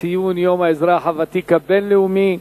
ציון יום האזרח הוותיק הבין-לאומי.